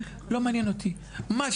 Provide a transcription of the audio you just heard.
מה שאת חושבת,